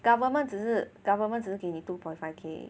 government 只是 government 只是给你 two point five K